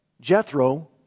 Jethro